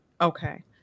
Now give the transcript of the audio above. Okay